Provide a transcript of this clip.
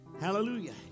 Hallelujah